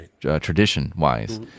tradition-wise